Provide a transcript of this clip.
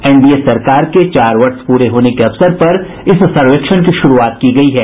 NDA सरकार के चार वर्ष पूरे होने के अवसर पर इस सर्वेक्षण की शुरूआत की गई है